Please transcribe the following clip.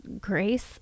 grace